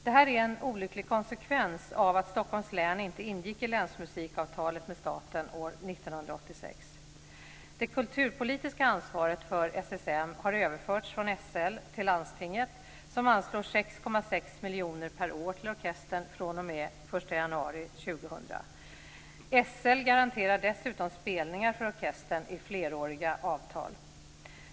Det här är en olycklig konsekvens av att Stockholms län inte ingick i länsmusikavtalet med staten år 1986. Det kulturpolitiska ansvaret för SSM har överförts från SL till landstinget, som anslår 6,6 miljoner per år till orkestern fr.o.m. den 1 januari 2000. SL garanterar dessutom spelningar för orkestern i fleråriga avtal.